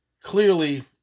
Clearly